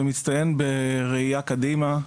ומצטיין בראייה קדימה,